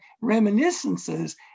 reminiscences